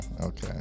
Okay